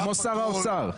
כמו שר האוצר.